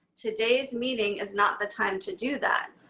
today's meeting is not the time to do that.